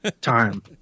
time